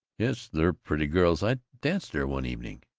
yes, they're pretty girls. i danced there one evening.